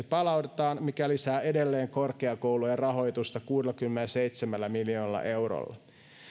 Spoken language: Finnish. palautetaan mikä lisää edelleen korkeakoulujen rahoitusta kuudellakymmenelläseitsemällä miljoonalla eurolla